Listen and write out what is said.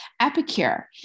Epicure